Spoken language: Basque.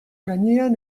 gainean